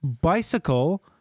bicycle